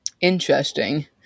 Interesting